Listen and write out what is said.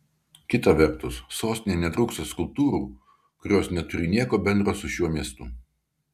kita vertus sostinėje netrūksta skulptūrų kurios neturi nieko bendro su šiuo miestu